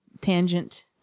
tangent